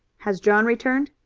has john returned?